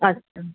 اچھا